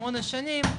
שמונה שנים,